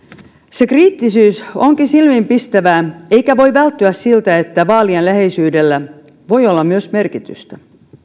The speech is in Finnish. sen kriittisyys onkin silmiinpistävää eikä voi välttyä siltä että vaalien läheisyydellä voi olla myös merkitystä